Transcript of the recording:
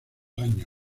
años